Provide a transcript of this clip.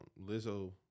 Lizzo